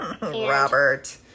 Robert